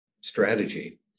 strategy